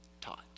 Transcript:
taught